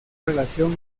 relación